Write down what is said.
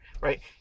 Right